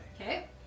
Okay